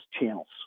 channels